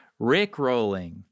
rickrolling